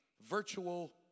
virtual